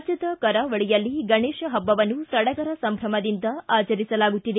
ರಾಜ್ಯದ ಕರಾವಳಿಯಲ್ಲಿ ಗಣೇಶ ಹಬ್ಬವನ್ನು ಸಡಗರ ಸಂಭ್ರಮದಿಂದ ಆಚರಿಸಲಾಗುತ್ತಿದೆ